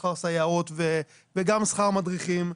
שכר סייעות וגם שכר מדריכים.